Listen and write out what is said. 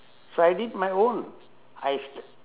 so I did my own I st~